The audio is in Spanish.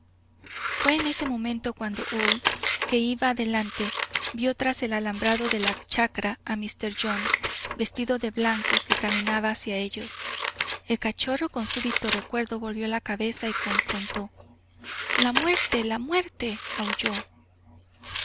fué en ese momento cuando old que iba adelante vió tras el alambrado de la chacra a míster jones vestido de blanco que caminaba hacia ellos el cachorro con súbito recuerdo volvió la cabeza y confrontó la muerte la muerte